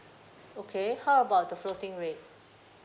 okay how about the floating rate